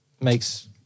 makes